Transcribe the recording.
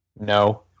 No